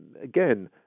again